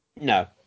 No